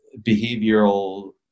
behavioral